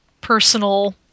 personal